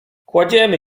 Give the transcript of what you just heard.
kładziemy